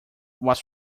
was